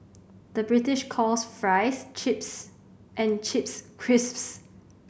the British calls fries chips and chips crisps